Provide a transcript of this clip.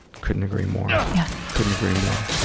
couldn't agree more. yeah. couldn't agree more.